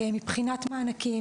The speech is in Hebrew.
מבחינת מענקים,